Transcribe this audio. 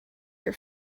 your